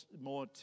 more